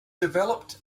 developed